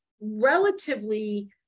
relatively